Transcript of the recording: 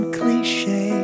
cliche